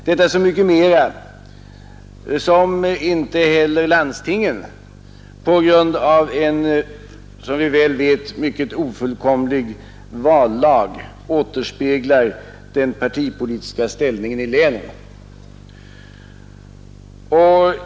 Detta så mycket mera som inte heller landstinget på grund av en som vi väl vet mycket ofullkomlig vallag återspeglar den partipolitiska ställningen i länet.